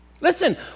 Listen